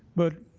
but